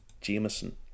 Jameson